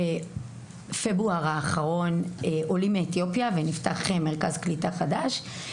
בפברואר האחרון הגיעו לטבריה עולים מאתיופיה ונפתח מרכז קליטה חדש.